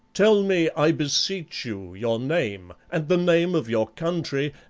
tell me, i beseech you, your name, and the name of your country,